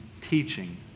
teaching